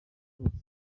hose